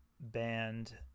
band